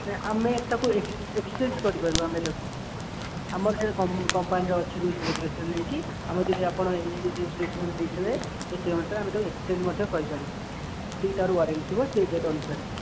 ସେ ଆମେ ଆମେ ତାକୁ ଏକ୍ସଚେଞ୍ଜ୍ କରିପାରିବୁ ଆମେ ତାକୁ ଆମର ସେ କମ୍ପାନୀରେ ଅଛି ରୁଲ୍ସ୍ ରେଗୁଲେସନ୍ ହୋଇକି ଅମର ଯେଉଁ ଆପଣ ଏଇ ଯେଉଁ ଯେଉଁ ଜିନିଷ ନେଇଥିବେ ତ ସେ ଅନୁସାରେ ଆମେ ତାକୁ ଏକ୍ସଚେଞ୍ଜ୍ ମଧ୍ୟ କରିପାରିବୁ ଯେତିକି ତା'ର ୱାରେଣ୍ଟି ଥିବ ସେ ଡେଟ୍ ଅନୁସାରେ